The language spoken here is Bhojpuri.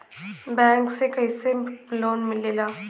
बैंक से कइसे लोन मिलेला?